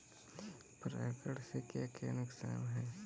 परागण से क्या क्या नुकसान हैं?